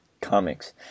comics